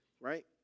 Right